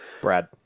Brad